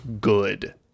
good